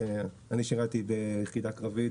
אני שירתתי ביחידה קרבית,